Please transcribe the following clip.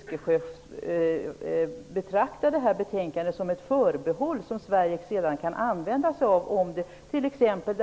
Skall vi betrakta detta betänkande som ett förbehåll som Sverige sedan kan använda sig av om t.ex. förslaget